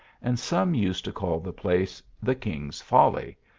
and some used to call the place the king s folly,